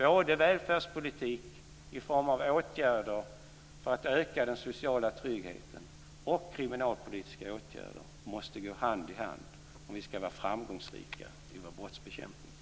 Både välfärdspolitik i form av åtgärder för att öka den sociala tryggheten och kriminalpolitiska åtgärder måste gå hand i hand om vi skall vara framgångsrika i vår brottsbekämpning.